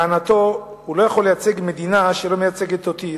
ולטענתו: לא יכול לייצג מדינה שלא מייצגת אותי,